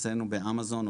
שאצלנו באמזון,